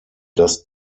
dass